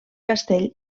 castell